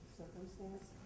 circumstance